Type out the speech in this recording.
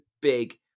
big